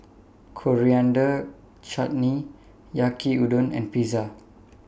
Coriander Chutney Yaki Udon and Pizza